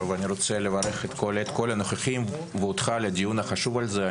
אני רוצה לברך את כל הנוכחים ואותך על הדיון החשוב הזה.